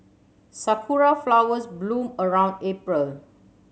Sakura flowers bloom around April